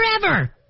forever